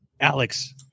Alex